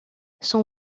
son